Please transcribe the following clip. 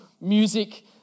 music